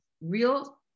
real